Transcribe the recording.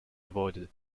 avoided